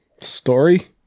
Story